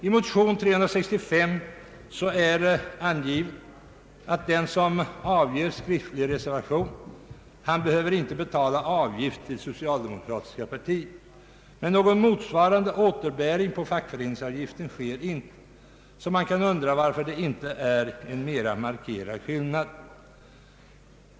I motion I:329 är angivet, att den som avger skriftlig reservation inte behöver betala avgift till socialdemokratiska partiet, men någon motsvarande återbäring på <fackföreningsavgiften sker inte. Man kan undra varför det inte är en mer markerad skillnad.